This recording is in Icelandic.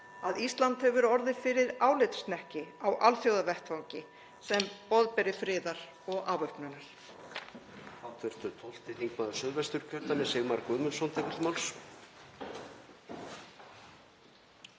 að Ísland hefur orðið fyrir álitshnekki á alþjóðavettvangi sem boðberi friðar og afvopnunar.